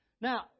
Now